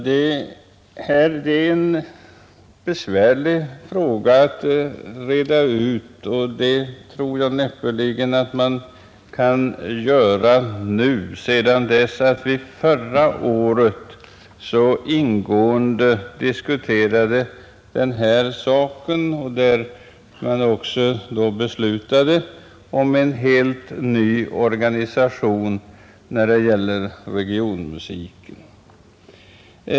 Herr talman! Denna fråga är besvärlig att reda ut, och jag tror näppeligen att man kan göra det nu, sedan vi förra året efter ingående diskussioner fattat beslut om en helt ny organisation för regionmusiken.